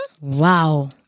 Wow